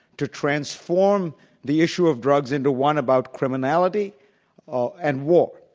to transform the issue of drugs into one about criminality and war.